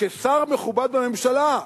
ששר מכובד בממשלה,